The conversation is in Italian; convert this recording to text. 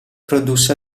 produsse